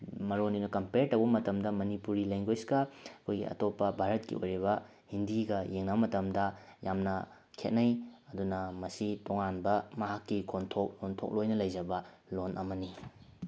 ꯃꯔꯣꯟꯅꯤꯅ compare ꯇꯧꯕ ꯃꯇꯝꯗ ꯃꯅꯤꯄꯨꯔꯤ ꯂꯦꯡꯒ꯭ꯋꯦꯁꯀ ꯑꯩꯈꯣꯏꯒꯤ ꯑꯇꯣꯞꯄ ꯚꯥꯔꯠꯀꯤ ꯑꯣꯏꯔꯤꯕ ꯍꯤꯟꯗꯤꯒ ꯌꯦꯡꯅꯕ ꯃꯇꯝꯗ ꯌꯥꯝꯅ ꯈꯦꯠꯅꯩ ꯑꯗꯨꯅ ꯃꯁꯤ ꯇꯣꯉꯥꯟꯕ ꯃꯍꯥꯛꯀꯤ ꯈꯣꯟꯊꯣꯛ ꯂꯣꯟꯊꯣꯛ ꯂꯣꯏꯅ ꯂꯩꯖꯕ ꯂꯣꯟ ꯑꯃꯅꯤ